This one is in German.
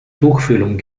tuchfühlung